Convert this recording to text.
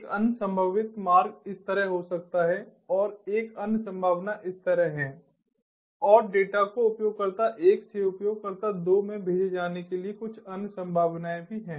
एक अन्य संभावित मार्ग इस तरह हो सकता है और एक अन्य संभावना इस तरह है और डेटा को उपयोगकर्ता 1 से उपयोगकर्ता 2 में भेजे जाने के लिए कुछ अन्य संभावनाएं भी हैं